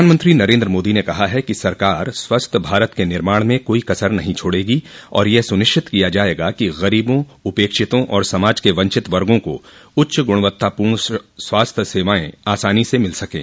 प्रधानमंत्री नरेन्द्र मोदी ने कहा है कि सरकार स्वस्थ भारत के निर्माण में कोई कसर नहीं छोड़ेगी और यह सुनिश्चित किया जाएगा कि गरीबों उपेक्षितों और समाज के वंचित वर्गो को उच्च गुणवत्तापूर्ण स्वास्थ्य सेवाएं आसानी से मिल सकें